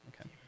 Okay